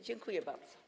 Dziękuję bardzo.